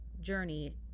journey